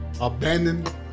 abandoned